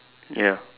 ya